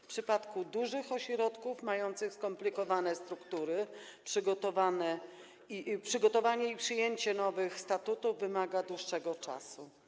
W przypadku dużych ośrodków, mających skomplikowane struktury przygotowanie i przyjęcie nowych statutów wymaga dłuższego czasu.